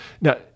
Now